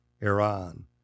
Iran